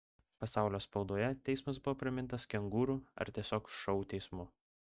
pasaulio spaudoje teismas buvo pramintas kengūrų ar tiesiog šou teismu